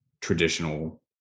traditional